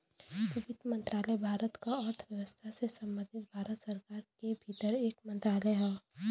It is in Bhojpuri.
वित्त मंत्रालय भारत क अर्थव्यवस्था से संबंधित भारत सरकार के भीतर एक मंत्रालय हौ